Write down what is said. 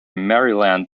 maryland